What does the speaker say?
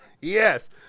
yes